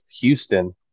Houston